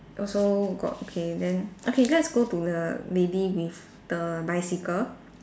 also got okay then okay let's go to the lady with the bicycle